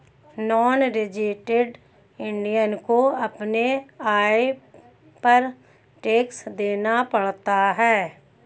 non resident Indian को अपने आय पर टैक्स देना पड़ता है